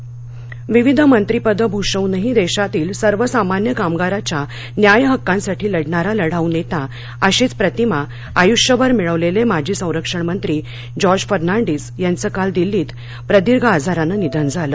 फर्नांडीस निधन विविध मंत्रिपदं भूषवूनही देशातील सर्वसामान्य कामगाराच्या न्याय्य हक्कांसाठी लढणारा लढाऊ नेता अशीच प्रतिमा आयुष्यभर मिळविलेले माजी संरक्षणमंत्री जॉर्ज फर्नांडीस यांचं काल दिल्लीमध्ये प्रदीर्घ आजारानं निधन झालं